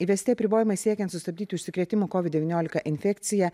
įvesti apribojimai siekiant sustabdyti užsikrėtimo kovid devyniolika infekcija